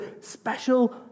special